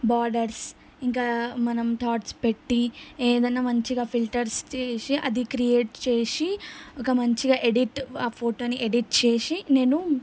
borders ఇంకా మనం thoughts పెట్టి ఏదైనా మంచిగా ఫిల్టర్స్ చేసి అది క్రియేట్ చేసి ఒక మంచిగా ఎడిట్ ఆ ఫోటోను ఎడిట్ చేసి నేను